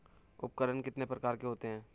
उपकरण कितने प्रकार के होते हैं?